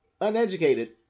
uneducated